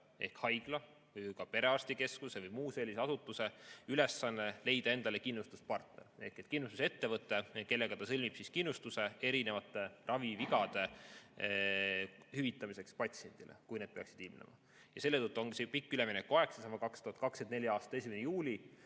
ehk haigla või perearstikeskuse või muu sellise asutuse ülesanne leida endale kindlustuspartner ehk kindlustusettevõte, kellega ta sõlmib kindlustuse erinevate ravivigade hüvitamiseks patsiendile, kui need peaksid ilmnema. Ja selle tõttu ongi see pikk üleminekuaeg, seesama 2024. aasta 1. juuli,